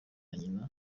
nyina